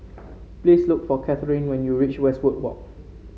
please look for Kathyrn when you reach Westwood Walk